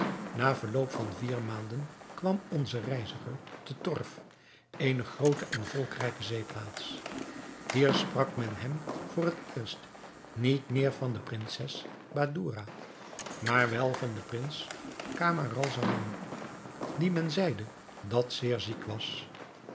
na verloop van vier maanden kwam onze reiziger te torf eene groote en volkrijke zeeplaats hier sprak men hem voor het eerst niet meer van de prinses badoura maar wel van den prins camaralzaman die men zeide dat zeer ziek was